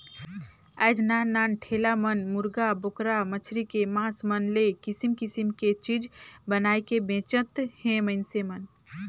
आयज नान नान ठेला मन मुरगा, बोकरा, मछरी के मास मन ले किसम किसम के चीज बनायके बेंचत हे मइनसे मन